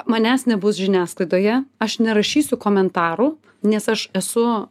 manęs nebus žiniasklaidoje aš nerašysiu komentarų nes aš esu